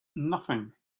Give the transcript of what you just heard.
nothing